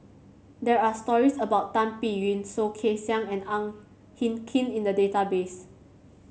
there are stories about Tan Biyun Soh Kay Siang and Ang Hin Kee in the database